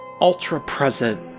ultra-present